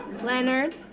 Leonard